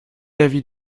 l’avis